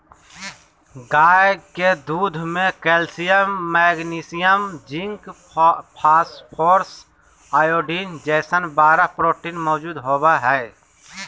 गाय के दूध में calcium, magnesium, zinc, phosphorus, iodine जैसन बारह प्रोटीन मौजूद होबा हइ